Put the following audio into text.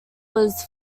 was